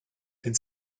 den